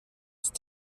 ist